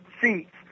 seats